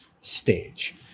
stage